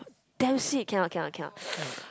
damn sweet cannot cannot cannot